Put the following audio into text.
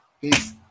Peace